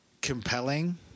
compelling